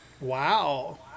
Wow